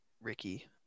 Ricky